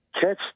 catch